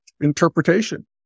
interpretation